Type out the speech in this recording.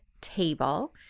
table